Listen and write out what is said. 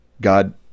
God